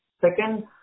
Second